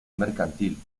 mercantil